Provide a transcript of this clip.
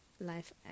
life